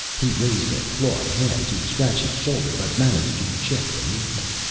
he raised a clawed hand to scratch his shoulder but managed to check the movement.